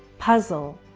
puzzle.